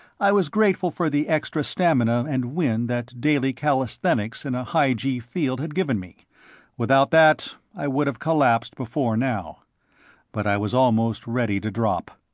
i was grateful for the extra stamina and wind that daily calisthenics in a high-gee field had given me without that i would have collapsed before now but i was almost ready to drop.